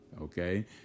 okay